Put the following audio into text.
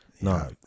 No